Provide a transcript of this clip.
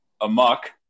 amok